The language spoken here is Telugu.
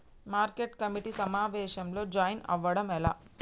మార్కెట్ కమిటీ సమావేశంలో జాయిన్ అవ్వడం ఎలా?